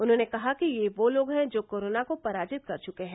उन्होंने कहा कि ये वे लोग हैं जो कोरोना को पराजित कर चुके हैं